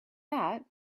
that